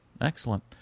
excellent